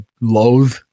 loathe